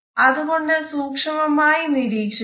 അതുകൊണ്ട് സൂക്ഷ്മായി നിരീക്ഷിക്കുക